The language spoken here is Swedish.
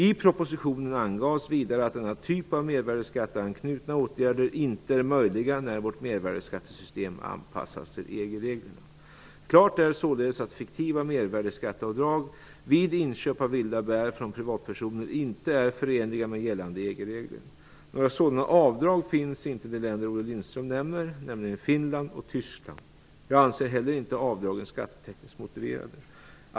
I propositionen angavs vidare att denna typ av mervärdesskatteanknutna åtgärder inte är möjliga när vårt mervärdesskattesystem anpassas till EG Klart är således att fiktiva mervärdesskatteavdrag vid inköp av vilda bär från privatpersoner inte är förenliga med gällande EG-regler. Några sådana avdrag finns inte i de länder Olle Lindström nämner, nämligen Finland och Tyskland. Jag anser heller inte avdragen skattetekniskt motiverade.